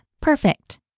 perfect